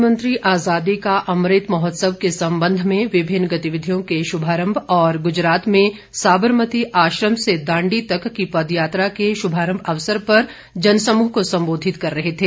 प्रधानमंत्री आजादी का अमृत महोत्सव के संबंध में विभिन्न गतिविधियों के शुभारंभ और गुजरात में साबरमती आश्रम से दांडी तक की पदयात्रा के शुभारम्भ अवसर पर जन समूह को संबोधित कर रहे थे